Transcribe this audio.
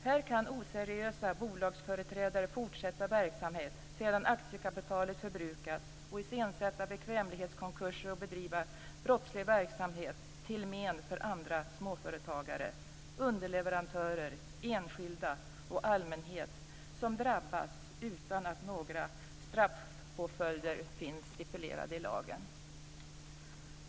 Här kan oseriösa bolagsföreträdare fortsätta verksamhet sedan aktiekapitalet förbrukats, iscensätta bekvämlighetskonkurser och bedriva brottslig verksamhet till men för andra småföretagare, underleverantörer, enskilda och allmänhet som drabbas utan att några straffpåföljder finns stipulerade i lagen.